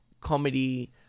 comedy